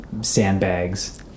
sandbags